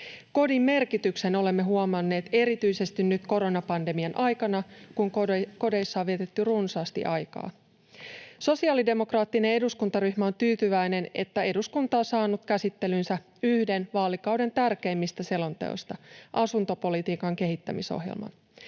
Kodin merkityksen olemme huomanneet erityisesti nyt koronapandemian aikana, kun kodeissa on vietetty runsaasti aikaa. Sosiaalidemokraattinen eduskuntaryhmä on tyytyväinen, että eduskunta on saanut käsittelyynsä yhden vaalikauden tärkeimmistä selonteoista, asuntopolitiikan kehittämisohjelman.